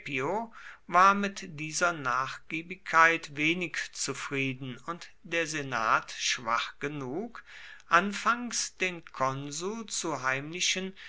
war mit dieser nachgiebigkeit wenig zufrieden und der senat schwach genug anfangs den konsul zu heimlichen